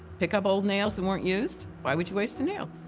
pick up old nails that weren't used. why would you waste a nail?